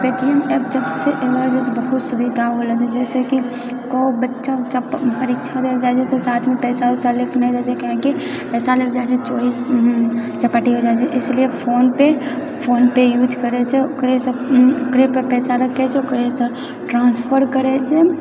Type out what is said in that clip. Paytm app जबसे एलै बहुत सुविधा हो गेले जैसेकी कोइ बच्चा ऊच्चा परीक्षा दए जाइत छै तऽ साथमे पैसा ऊसा लेके नहि जाइत छै काहेकि पैसा लेके जाइत छै चोरी चपाटी हो जाइत छै ईसीलिए फोन पे फोन पे यूज करैत छै ओकरेसँ ओकरे पर पैसा रखैत छै ओकरेसँ ट्रान्सफर करैत छै